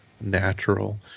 natural